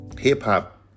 hip-hop